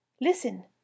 Listen